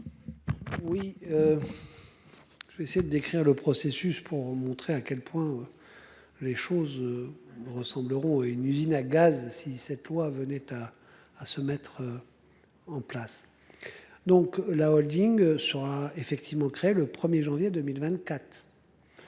Oui. Je vais essayer de décrire le processus pour montrer à quel point. Les choses. Ressembleront une usine à gaz. Si cette loi venait à, à se mettre. En place. Donc la Holding, sera effectivement créée le 1er janvier 2024.